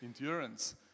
endurance